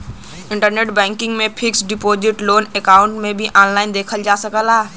internet banking में fixed deposit loan account भी online देखल जा सकल जाला